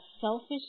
selfish